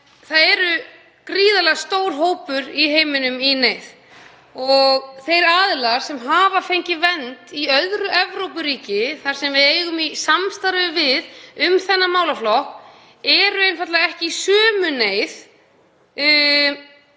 það er gríðarlega stór hópur í heiminum í neyð og þeir aðilar sem hafa fengið vernd í öðru Evrópuríki, sem við eigum í samstarfi við um þennan málaflokk, eru einfaldlega ekki í sömu neyð,